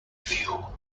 view